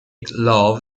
love